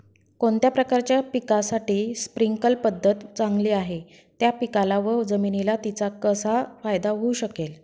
कोणत्या प्रकारच्या पिकासाठी स्प्रिंकल पद्धत चांगली आहे? त्या पिकाला व जमिनीला तिचा कसा फायदा होऊ शकेल?